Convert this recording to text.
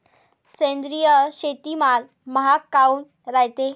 सेंद्रिय शेतीमाल महाग काऊन रायते?